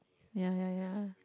ya ya ya